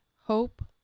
hope